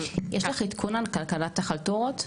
יש לך עדכון על כלכלת החלטורות?